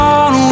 on